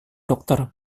dokter